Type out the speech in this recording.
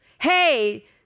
Hey